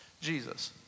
Jesus